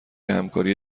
همکاری